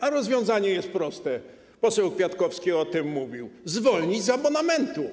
A rozwiązanie jest proste, poseł Kwiatkowski o tym mówił - zwolnić z abonamentu.